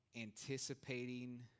anticipating